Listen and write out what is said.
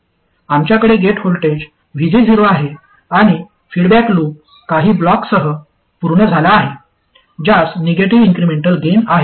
आमच्याकडे gate voltage VG0 आहे आणि फीडबॅक लूप काही ब्लॉकसह पूर्ण झाला आहे ज्यास निगेटिव्ह इन्क्रिमेंटल गेन आहे